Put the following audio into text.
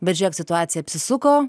bet žiūrėk situacija apsisuko